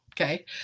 Okay